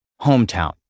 hometown